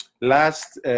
Last